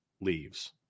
leaves